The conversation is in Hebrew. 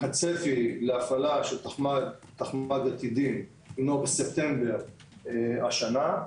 הצפי להפעלה של תחמ"ג עתידים הינו בספטמבר השנה,